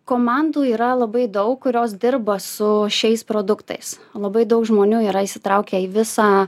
komandų yra labai daug kurios dirba su šiais produktais labai daug žmonių yra įsitraukę į visą